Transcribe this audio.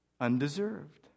undeserved